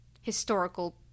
historical